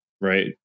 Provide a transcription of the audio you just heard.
right